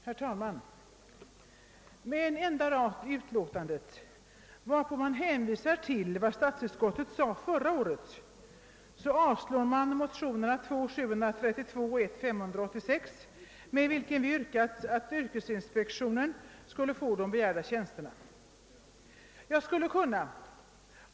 Herr talman! Med en enda rad i utskottsutlåtandet, på vilken man hänvisar till statsutskottets yttrande förra året, avstyrks motionerna I:586 och 11: 732, vari yrkats att yrkesinspektionen skall få av inspektionen begärda tjänster.